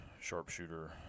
sharpshooter